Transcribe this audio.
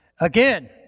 Again